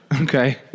Okay